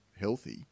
healthy